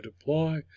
apply